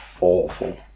awful